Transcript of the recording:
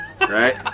right